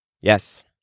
Yes